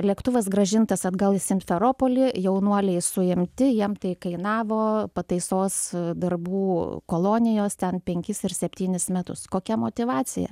lėktuvas grąžintas atgal į simferopolį jaunuoliai suimti jiem tai kainavo pataisos darbų kolonijos ten penkis ar septynis metus kokia motyvacija